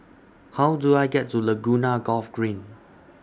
How Do I get to Laguna Golf Green